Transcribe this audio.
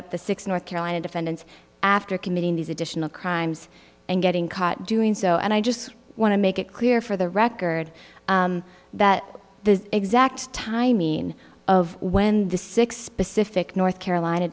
up the six north carolina defendants after committing these additional crimes and getting caught doing so and i just want to make it clear for the record that the exact timeline of when the six specific north carolina